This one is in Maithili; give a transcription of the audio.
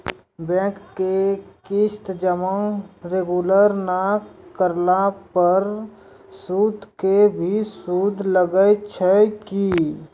बैंक के किस्त जमा रेगुलर नै करला पर सुद के भी सुद लागै छै कि?